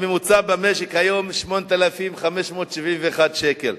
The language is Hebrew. הממוצע במשק היום הוא 8,571 שקל.